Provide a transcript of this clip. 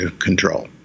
control